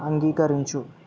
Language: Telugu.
అంగీకరించు